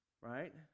Right